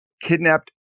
kidnapped